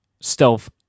stealth